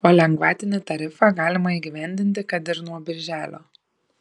o lengvatinį tarifą galima įgyvendinti kad ir nuo birželio